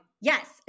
yes